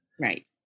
right